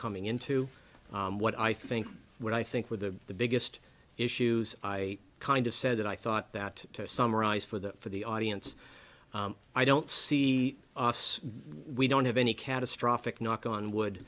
coming into what i think what i think with the the biggest issues i kind of said that i thought that to summarize for the for the audience i don't see we don't have any catastrophic knock on wood